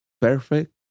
perfect